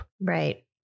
Right